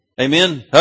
Amen